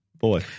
Boy